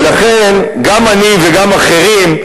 ולכן גם אני וגם אחרים,